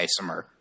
isomer